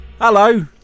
Hello